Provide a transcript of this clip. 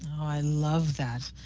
i love that.